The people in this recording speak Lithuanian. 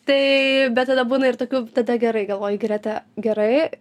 tai bet tada būna ir tokių tada gerai galvoji grete gerai